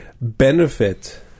benefit